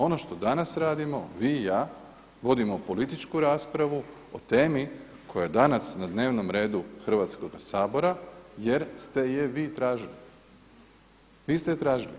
Ono što danas radimo vi i ja, vodimo političku raspravu o temi koja je danas na dnevnom redu Hrvatskoga sabora jer ste je vi tražili, vi ste je tražili.